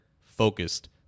focused